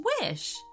wish